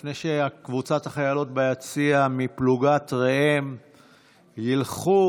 לפני שקבוצת החיילות ביציע מפלוגת ראם ילכו,